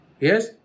Yes